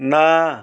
ନା